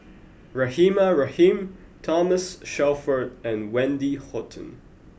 Rahimah Rahim Thomas Shelford and Wendy Hutton